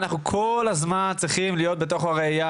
אנחנו כל הזמן צריכים להיות בתוך הראייה